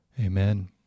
Amen